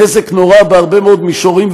נזק נורא בהרבה מאוד מישורים,